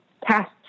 past